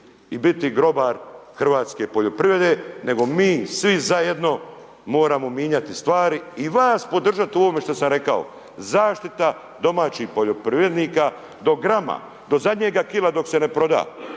i biti grobar hrvatske poljoprivrede nego mi svi zajedno moramo mijenjati stvari i vas podržati u ovome što sam rekao, zaštita domaćih poljoprivrednika do grama, do zadnjega kila dok se ne proda,